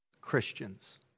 Christians